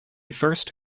first